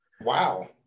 Wow